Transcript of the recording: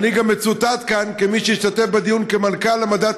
ואני גם מצוטט כאן כמי שהשתתף בדיון כמנכ"ל משרד המדע,